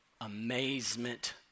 amazement